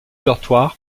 dortoir